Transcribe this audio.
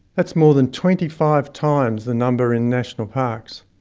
that's more than twenty five times the number in national parks.